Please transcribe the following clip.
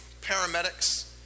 paramedics